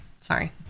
sorry